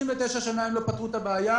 במשך 29 שנים הם לא פתרו את הבעיה.